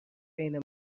بین